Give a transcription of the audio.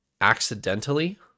accidentally